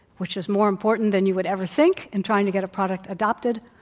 which is more important than you would ever think in trying to get a product adopted,